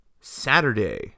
Saturday